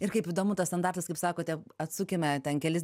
ir kaip įdomu tas standartas kaip sakote atsukime ten kelis